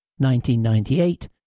1998